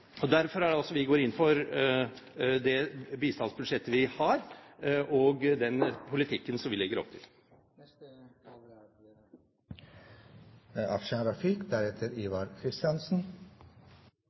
Derfor går vi inn for det bistandsbudsjettet vi har, og den politikken som vi legger opp til.